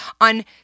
on